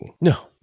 No